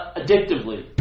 addictively